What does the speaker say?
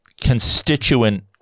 constituent